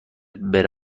بره